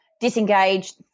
disengaged